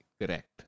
Correct